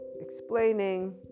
explaining